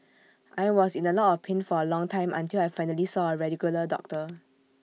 I was in A lot of pain for A long time until I finally saw A regular doctor